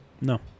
No